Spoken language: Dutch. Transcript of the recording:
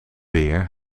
weer